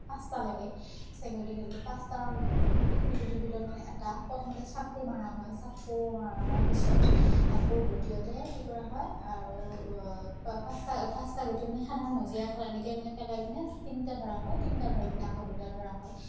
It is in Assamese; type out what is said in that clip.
পাঁচটা লাগে চেংগুটি খেলোতে পাঁচটাৰ শিলগুটিৰ ভিতৰত মানে এটা প্ৰথমতে চাকু মাৰা হয় চাকু মাৰাৰ পিছত আকৌ দ্বিতীয়তে কি কৰা হয় আৰু পাঁচটা পাঁচটা গুটি মানে সাধাৰণ মজিয়া এখনত এনেকৈ মানে পেলাই মানে তিনিটা ধৰা হয় তিনিটা ধৰি মানে আকৌ দুটা ধৰা হয়